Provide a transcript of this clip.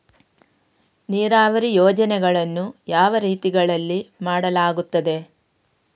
ನೀರಾವರಿ ಯೋಜನೆಗಳನ್ನು ಯಾವ ರೀತಿಗಳಲ್ಲಿ ಮಾಡಲಾಗುತ್ತದೆ?